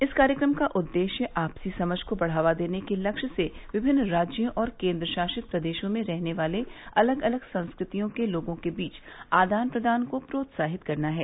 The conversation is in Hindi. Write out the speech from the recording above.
इस कार्यक्रम का उद्श्य आपसी समझ को बढ़ावा देने के लक्ष्य से विभिन्न राज्यों और केन्द्र शासित प्रदेशों में रहले वाले अलग अलग संस्कृतियों के लोगों के बीच आदान प्रदान को प्रोत्साहित करना है